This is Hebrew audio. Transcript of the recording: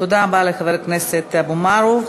תודה רבה לחבר הכנסת אבו מערוף.